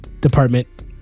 department